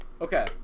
Okay